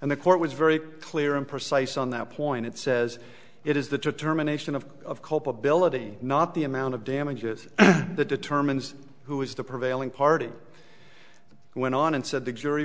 and the court was very clear and precise on that point it says it is the determination of culpability not the amount of damages the determines who is the prevailing party went on and said the jury